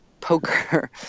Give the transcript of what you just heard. poker